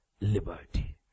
liberty